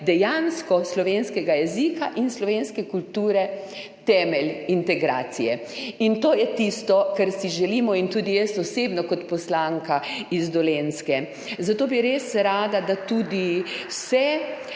poznavanje slovenskega jezika in slovenske kulture temelj integracije. In to je tisto, kar si želimo in tudi jaz osebno kot poslanka iz Dolenjske, zato bi res rada, da tudi vse